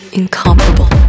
incomparable